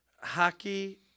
hockey